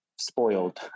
spoiled